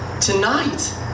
tonight